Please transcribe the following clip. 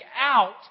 out